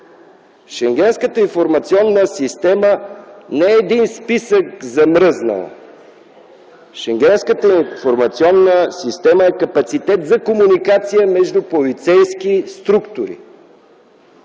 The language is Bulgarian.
Шенгенската информационна система не е един замръзнал списък. Шенгенската информационна система е капацитет за комуникация между полицейски структури.